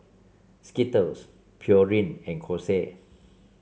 Skittles Pureen and Kose